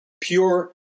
pure